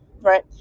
right